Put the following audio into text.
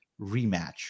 rematch